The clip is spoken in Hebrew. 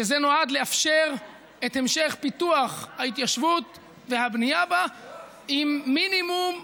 שזה נועד לאפשר את המשך פיתוח ההתיישבות והבנייה בה עם מינימום,